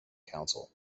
council